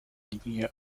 linie